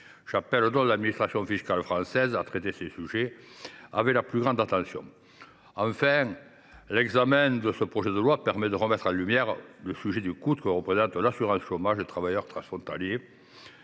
J’appelle donc l’administration fiscale française à traiter ces sujets avec la plus grande attention. Enfin, l’examen de ce projet de loi permet de mettre une nouvelle fois en lumière le coût qu’emporte l’assurance chômage des travailleurs transfrontaliers.